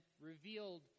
revealed